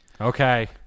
Okay